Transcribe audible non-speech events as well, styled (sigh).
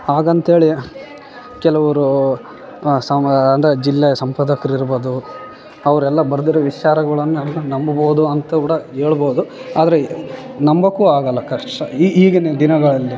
ಹಾಗಂತ್ಹೇಳಿ ಕೆಲವರು (unintelligible) ಅಂದರೆ ಜಿಲ್ಲೆ ಸಂಪಾದಕ್ರು ಇರ್ಬೋದು ಅವರೆಲ್ಲ ಬರ್ದಿರೋ ವಿಚಾರಗಳನ್ನ ನಂಬ್ಬೋದು ಅಂತ ಕೂಡ ಹೇಳ್ಬೋದು ಆದರೆ ನಂಬಕ್ಕೂ ಆಗಲ್ಲ ಕಶ್ ಈಗಿನ ದಿನಗಳಲ್ಲಿ